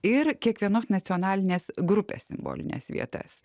ir kiekvienos nacionalinės grupės simbolines vietas